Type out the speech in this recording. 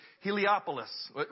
Heliopolis